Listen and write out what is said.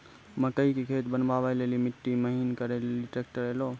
मकई के खेत बनवा ले ली मिट्टी महीन करे ले ली ट्रैक्टर ऐलो?